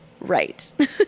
right